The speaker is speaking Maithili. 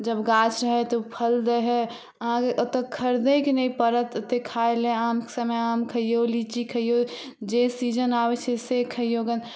जब गाछ हइ तऽ ओ फल दै है अहाँके अतऽ खरीदैके नहि परत एते खायला आमके समय आम खैयौ लीची खैयौ जे सीजन आबै छै से खैयौ गऽ